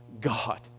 God